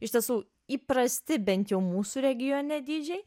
iš tiesų įprasti bent jau mūsų regione dydžiai